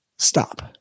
stop